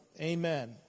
Amen